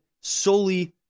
solely